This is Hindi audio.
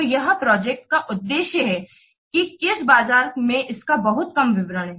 तो यह प्रोजेक्ट का उद्देश्य है कि किस बाजार में इसका बहुत कम विवरण है